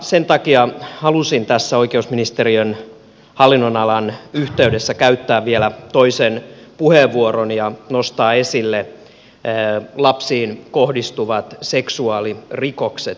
sen takia halusin tässä oikeusministeriön hallinnonalan yhteydessä käyttää vielä toisen puheenvuoron ja nostaa esille lapsiin kohdistuvat seksuaalirikokset